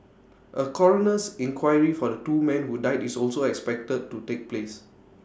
A coroner's inquiry for the two men who died is also expected to take place